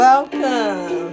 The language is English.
Welcome